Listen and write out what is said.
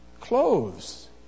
clothes